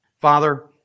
Father